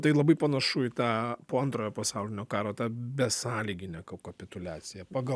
tai labai panašu į tą po antrojo pasaulinio karo tą besąlyginę ka kapituliaciją pagal